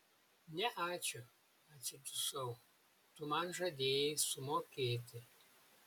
ne ačiū atsidusau tu man žadėjai sumokėti